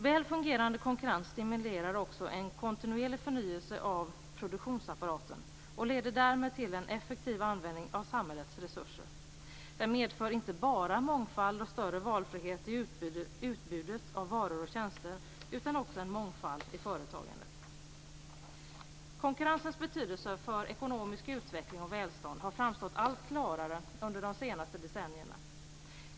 Väl fungerande konkurrens stimulerar en kontinuerlig förnyelse av produktionsapparaten och leder därmed till en effektiv användning av samhällets resurser. Den medför inte bara mångfald och större valfrihet i utbudet av varor och tjänster utan också mångfald i företagandet. Konkurrensens betydelse för ekonomisk utveckling och ekonomiskt välstånd har framstått allt klarare under de senaste decennierna.